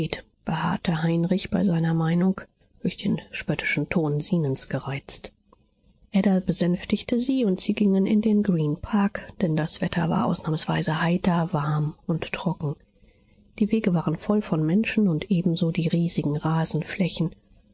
beharrte heinrich bei seiner meinung durch den spöttischen ton zenons gereizt ada besänftigte sie und sie gingen in den greenpark denn das wetter war ausnahmsweise heiter warm und trocken die wege waren voll von menschen und ebenso die riesigen rasenflächen